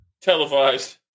televised